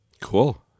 Cool